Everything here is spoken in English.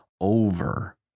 over